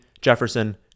Jefferson